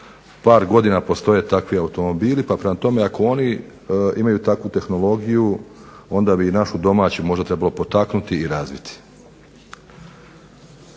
par godina postoje takvi automobili prema tome, ako oni imaju takvu tehnologiju onda bi našu domaću trebalo potaknuti i razviti.